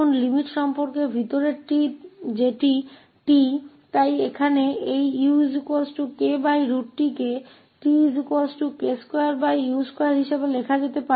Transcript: तो अब सीमाओं के संबंध में आंतरिक जो कि 𝑡 है इसलिए यहां इस ukt को tk2u2 के रूप में लिखा जा सकता है